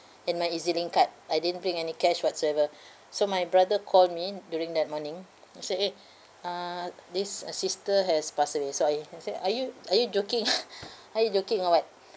and my EZ_link card I didn't bring any cash whatsoever so my brother called me during that morning he said eh uh this uh sister has passed away so I I said are you are you joking are you joking or what